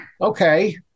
okay –